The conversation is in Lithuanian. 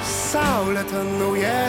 saulėta nauja